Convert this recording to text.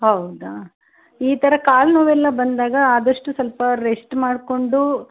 ಹೌದಾ ಈ ಥರ ಕಾಲು ನೋವೆಲ್ಲ ಬಂದಾಗ ಆದಷ್ಟು ಸ್ವಲ್ಪ ರೆಶ್ಟ್ ಮಾಡಿಕೊಂಡು